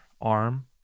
arm